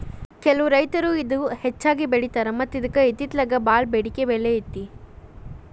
ಕೆಲವು ರೈತರು ಇದ ಹೆಚ್ಚಾಗಿ ಬೆಳಿತಾರ ಮತ್ತ ಇದ್ಕ ಇತ್ತಿತ್ತಲಾಗ ಬಾಳ ಬೆಡಿಕೆ ಬೆಲೆ ಐತಿ